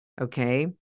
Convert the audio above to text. okay